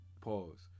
pause